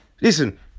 Listen